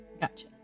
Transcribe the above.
Gotcha